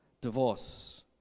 divorce